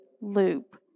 loop